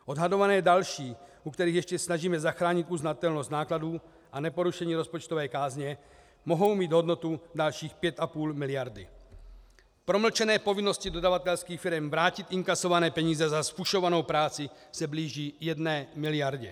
Odhadované další, u kterých se ještě snažíme zachránit uznatelnost nákladů a neporušení rozpočtové kázně, mohou mít hodnotu dalších 5,5 mld. Promlčené povinnosti dodavatelských firem vrátit inkasované peníze na zfušovanou práci se blíží 1 mld.